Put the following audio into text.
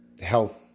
health